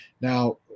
Now